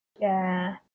ya